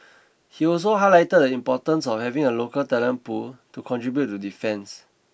he also highlighted the importance of having a local talent pool to contribute to defence